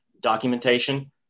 documentation